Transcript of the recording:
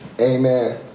Amen